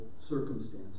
circumstances